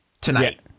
tonight